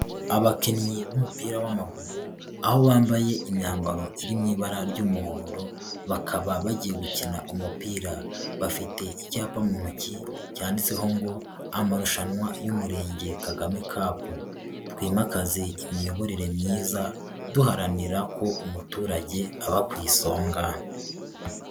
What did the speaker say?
Abakinnyi b'umupira w'amaguru aho bambaye imyambaro iri mu ibara ry'umuhondo bakaba bagiye gukina umupira, bafite icyapa mu ntoki cyanditseho ngo amarushanwa y'Umurenge Kagame Cup, twimakaze imiyoborere myiza duharanira ko umuturage aba ku isonga.